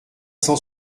cent